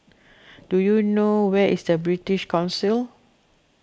do you know where is British Council